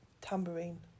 tambourine